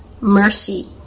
mercy